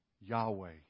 Yahweh